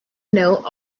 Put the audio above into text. note